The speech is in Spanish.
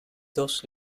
dos